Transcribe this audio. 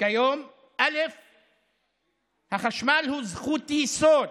כיום החשמל הוא זכות יסוד